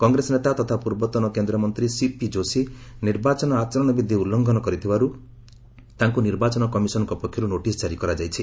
କଂଗ୍ରେସ ନେତା ତଥା ପୂର୍ବତନ କେନ୍ଦ୍ରମନ୍ତ୍ରୀ ସିପି ଯୋଶୀ ନିର୍ବାଚନ ଆଚରଣ ବିଧି ଉଲ୍ଙ୍ଘନ କରିଥିବାରୁ ତାଙ୍କୁ ନିର୍ବାଚନ କମିଶନ୍ ପକ୍ଷରୁ ନୋଟିସ୍ ଜାରି କରାଯାଇଛି